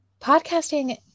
Podcasting